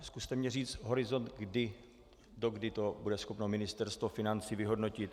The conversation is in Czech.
Zkuste mně říct horizont, kdy, dokdy to bude schopno Ministerstvo financí vyhodnotit.